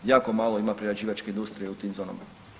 Jako malo ima prerađivačke industrije u tim zonama.